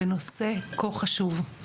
בנושא כה חשוב.